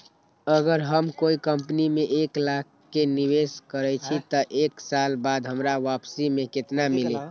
अगर हम कोई कंपनी में एक लाख के निवेस करईछी त एक साल बाद हमरा वापसी में केतना मिली?